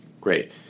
Great